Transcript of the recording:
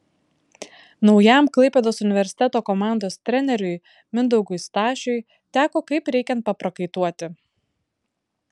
naujam klaipėdos universiteto komandos treneriui mindaugui stašiui teko kaip reikiant paprakaituoti